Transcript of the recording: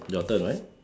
your turn right